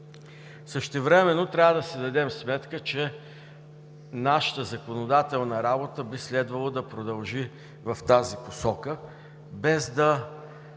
Същевременно трябва да си дадем сметка, че нашата законодателна работа би следвало да продължи в тази посока, без да